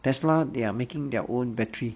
tesla they are making their own battery